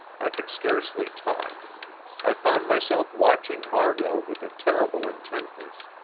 i could scarcely talk i found myself watching margot with a terrible intentness,